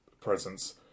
presence